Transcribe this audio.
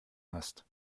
hast